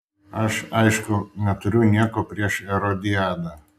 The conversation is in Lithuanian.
aš aišku neturiu nieko prieš erodiadą